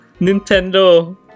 Nintendo